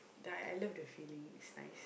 that I I love the feeling it's nice